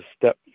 step